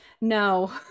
No